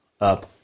up